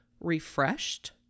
refreshed